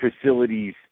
facilities